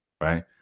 Right